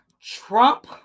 Trump